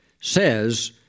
says